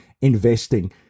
Investing